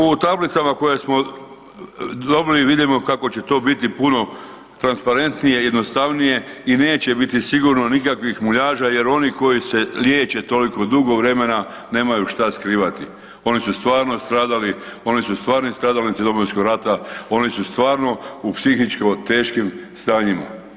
U tablicama koje smo dobili vidimo kako će to biti puno transparentnije i jednostavnije i neće biti sigurno nikakvih muljaža jer oni koji se liječe toliko dugo vremena nemaju šta skrivati, oni su stvarno stradali, oni su stvarni stradalnici Domovinskog rata, oni su stvarno u psihičko teškim stanjima.